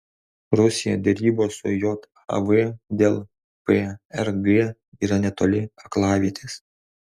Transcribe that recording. rusija derybos su jav dėl prg yra netoli aklavietės